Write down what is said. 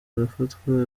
arafatwa